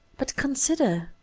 but consider.